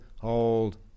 hold